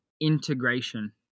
integration